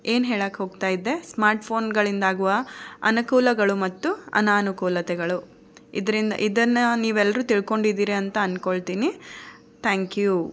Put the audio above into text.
ಏನು ಹೇಳೋಕ್ ಹೋಗ್ತಾ ಇದ್ದೆ ಸ್ಮಾರ್ಟ್ ಫೋನುಗಳಿಂದಾಗುವ ಅನುಕೂಲಗಳು ಮತ್ತು ಅನಾನುಕೂಲತೆಗಳು ಇದರಿಂದ ಇದನ್ನು ನೀವೆಲ್ಲರೂ ತಿಳ್ಕೊಂಡಿದೀರಿ ಅಂತ ಅಂದುಕೊಳ್ತೀನಿ ಥ್ಯಾಂಕ್ ಯು